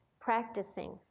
practicing